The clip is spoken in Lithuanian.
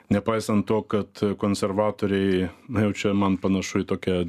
nepaisant to kad konservatoriai na jau čia man panašu į tokią